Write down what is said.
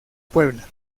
puebla